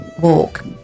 walk